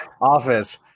office